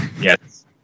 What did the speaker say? yes